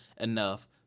enough